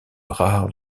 rare